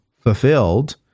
fulfilled